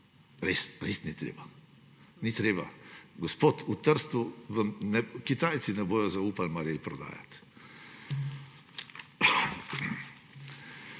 Res, res ni treba. Ni treba. Gospod, v Trstu vam Kitajci ne bodo zaupali marel prodajati.